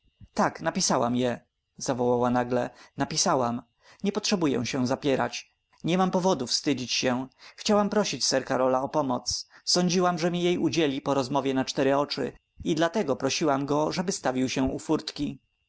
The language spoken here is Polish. tak napisałam je zawołała nagle napisałam nie potrzebuję się zapierać nie mam powodu wstydzić się chciałam prosić sir karola o pomoc sądziłam że mi jej udzieli po rozmowie na cztery oczy i dlatego prosiłam go żeby stawił się